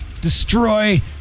destroy